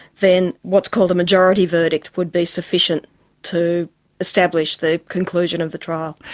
then what's called a majority verdict would be sufficient to establish the conclusion of the trial.